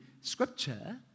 scripture